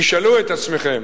תשאלו את עצמכם